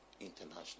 International